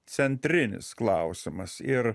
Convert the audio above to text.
centrinis klausimas ir